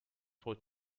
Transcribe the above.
for